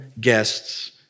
guests